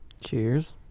cheers